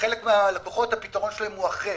לחלק מהלקוחות הפתרון הוא אחר.